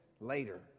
later